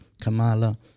Kamala